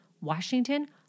Washington